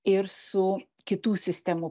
ir su kitų sistemų